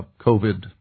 COVID